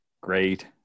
great